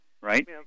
right